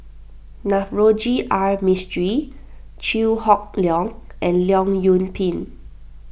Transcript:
Navroji R Mistri Chew Hock Leong and Leong Yoon Pin